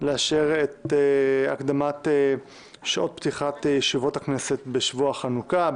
לאשר את הקדמת שעות פתיחת ישיבות הכנסת בשבוע החנוכה,